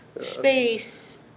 space